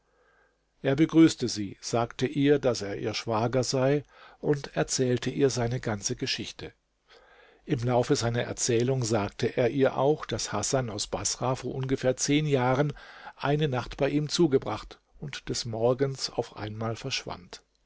er begrüßte sie sagte ihr daß er ihr schwager sei und erzählte ihr seine ganze geschichte im laufe seiner erzählung sagte er ihr auch daß hasan aus baßrah vor ungefähr zehn jahren eine nacht bei ihm zugebracht und des morgens auf einmal verschwand